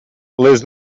les